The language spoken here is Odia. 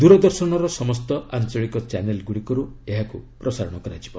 ଦୂରଦର୍ଶନର ସମସ୍ତ ଆଞ୍ଚଳିକ ଚ୍ୟାନେଲ ଗୁଡ଼ିକରୁ ଏହାକୁ ପ୍ରସାରଣ କରାଯିବ